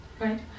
right